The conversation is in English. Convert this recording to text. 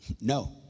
No